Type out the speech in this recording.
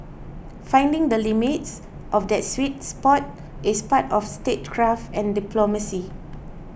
finding the limits of that sweet spot is part of statecraft and diplomacy